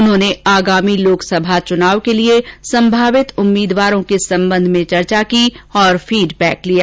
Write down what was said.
उन्होंने आगामी लोकसभा चुनाव के लिए संभावित उम्मीदवारों के संबंध में चर्चा की और फीड बैक लिया